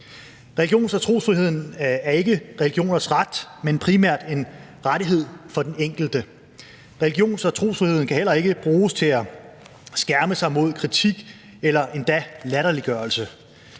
Religions- og trosfriheden er ikke religioners ret, men primært en rettighed for den enkelte. Religions- og trosfriheden kan heller ikke bruges til at skærme sig mod kritik eller endda latterliggørelse.